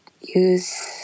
use